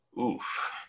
Oof